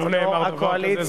לא נאמר דבר כזה.